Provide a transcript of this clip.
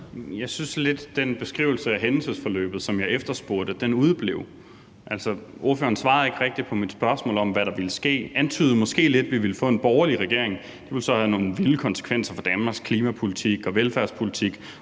Jeg synes lidt, at den beskrivelse af hændelsesforløbet, som jeg efterspurgte, udeblev. Ordføreren svarede ikke rigtig på mit spørgsmål om, hvad der ville ske – antydede måske lidt, at vi ville få en borgerlig regering. Det ville så have nogle vilde konsekvenser for Danmarks klimapolitik og velfærdspolitik,